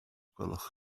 gwelwch